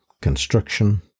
construction